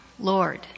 Lord